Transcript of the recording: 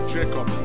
Jacob